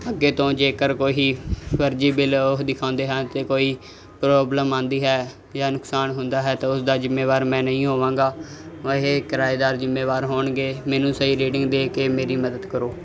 ਅੱਗੇ ਤੋਂ ਜੇਕਰ ਕੋਈ ਫਰਜ਼ੀ ਬਿੱਲ ਉਹ ਦਿਖਾਉਂਦੇ ਹਾਂ ਅਤੇ ਕੋਈ ਪ੍ਰੋਬਲਮ ਆਉਂਦੀ ਹੈ ਜਾਂ ਨੁਕਸਾਨ ਹੁੰਦਾ ਹੈ ਤਾਂ ਉਸਦਾ ਜ਼ਿੰਮੇਵਾਰ ਮੈਂ ਨਹੀਂ ਹੋਵਾਂਗਾ ਇਹ ਕਿਰਾਏਦਾਰ ਜ਼ਿੰਮੇਵਾਰ ਹੋਣਗੇ ਮੈਨੂੰ ਸਹੀ ਰੀਡਿੰਗ ਦੇਖ ਕੇ ਮੇਰੀ ਮਦਦ ਕਰੋ